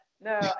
No